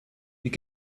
you